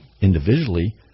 individually